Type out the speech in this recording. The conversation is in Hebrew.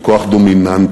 והם כוח דומיננטי,